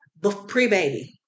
pre-baby